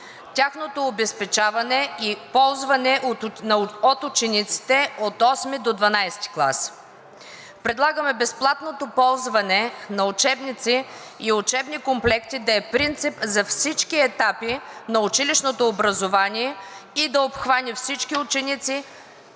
тяхното обезпечаване и ползване от учениците от VIII до XII клас. Предлагаме безплатното ползване на учебници и учебни комплекти да е принцип за всички етапи на училищното образование и да обхване всички ученици